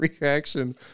reaction